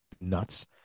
nuts